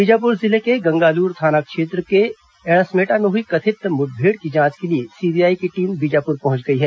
बीजापुर जिले के गंगालूर थाना क्षेत्र के एडसमेटा में हुई कथित मुठभेड़ की जांच के लिए सीबीआई की टीम बीजापुर पहुंच गई है